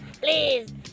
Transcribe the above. Please